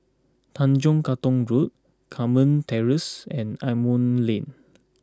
Tanjong Katong Road Carmen Terrace and Asimont Lane